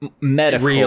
medical